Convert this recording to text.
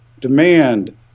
demand